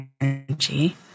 energy